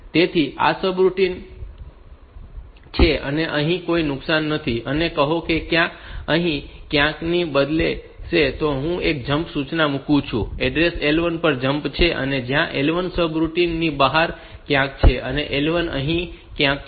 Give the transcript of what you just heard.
તો આ મારું સબરૂટિન છે અને અહીં કોઈ નુકશાન નથી અને કહો કે અહીં ક્યાંકની બદલે હું અહીં એક જમ્પ સૂચના મુકું છું અડ્રેસ L1 પર જમ્પ છે અને જ્યાં L1 સબરુટિન ની બહાર ક્યાંક છે અને L1 અહીં ક્યાંક છે